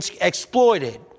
exploited